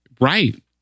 Right